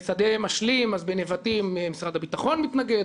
שדה משלים בנבטים משרד הביטחון מתנגד,